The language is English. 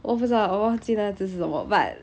我不知道我忘记那个字是什么 but